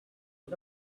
was